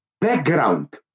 background